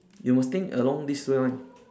you must think along this few line